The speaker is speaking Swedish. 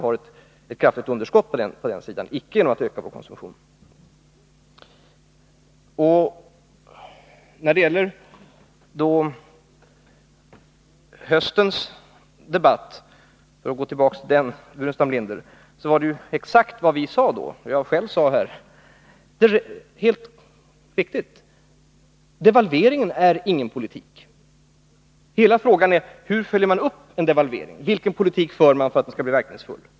För att gå tillbaka till höstens debatt, herr Burenstam Linder, så sade också vi socialdemokrater, även jag själv, att devalveringen i sig inte räcker som en politisk åtgärd. Vad frågan gäller är hur devalveringen skall följas upp för att den skall bli verkningsfull.